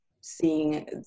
seeing